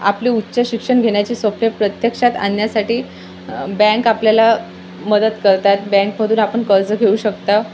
आपले उच्च शिक्षण घेण्याची स्वप्ने प्रत्यक्षात आणण्यासाठी बँक आपल्याला मदत करतात बँकमधून आपण कर्ज घेऊ शकतो